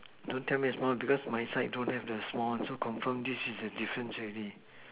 don't tell me the small one because my side don't have the small one so confirm this is the difference already